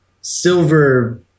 silver